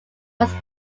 was